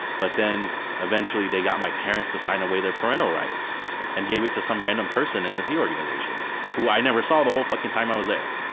but then eventually they got my parents to sign away their parental rights and gave it to some random person in the sea organization who i never saw the whole fucking time i was there.